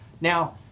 now